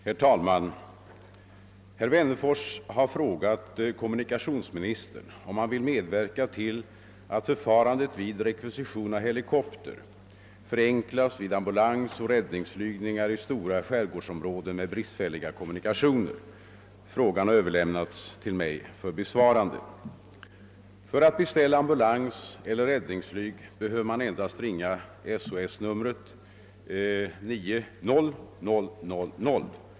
Herr talman! Herr Wennerfors har frågat kommunikationsministern, om han vill medverka till att förfarandet vid rekvisition av helikopter förenklas vid ambulansoch räddningsflygningar i stora skärgårdsområden med bristfälliga kommunikationer. Frågan har överlämnats till mig för besvarande. För att beställa ambulanseller räddningsflygning behöver man endast ringa SOS-numret 90 000.